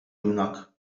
nach